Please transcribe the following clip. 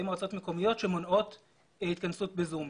מועצות מקומיות שמונעות התכנסות ב-זום.